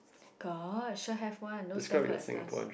got sure have one those stamp collectors